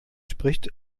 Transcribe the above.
spricht